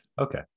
Okay